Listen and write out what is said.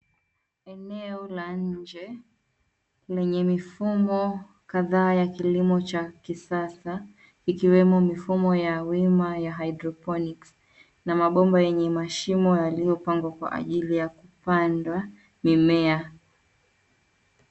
Eneo la nje lenye mifumo kadhaa ya kilimo cha kisasa ikiwemo mifumo ya wima ya hydroponics , na mabomba yenye mashimo yaliyo pangwa kwa ajili ya kupandwa mimea.